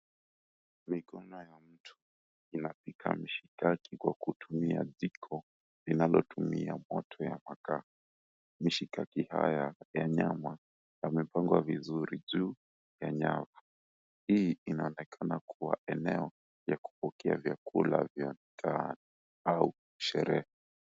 Mikono ya mtu inapika mishikaki kwa kutumia jiko linalotumia moto ya makaa. Mishikaki haya ya nyama yamepangwa vizuri juu ya nyavu. Hii inaonekana kuwa eneo la kupokea vyakula vya mtaani au sherehe.